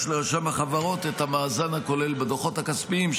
לרשם החברות את המאזן הכולל בדוחות הכספיים,